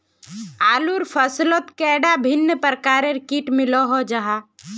आलूर फसलोत कैडा भिन्न प्रकारेर किट मिलोहो जाहा?